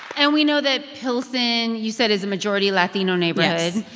and we know that pilsen, you said, is a majority-latino neighborhood